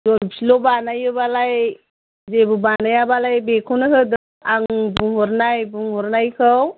जलफिल' बानायोबालाय जेबो बानायाबालाय बेखौनो होदो आं बुंहरनाय बुंहरनायखौ